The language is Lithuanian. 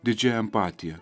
didžia empatija